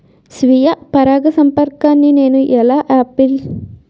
స్వీయ పరాగసంపర్కాన్ని నేను ఎలా ఆపిల్?